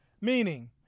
meaning